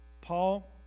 Paul